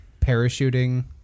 parachuting